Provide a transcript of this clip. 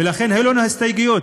ולכן היו לנו הסתייגויות,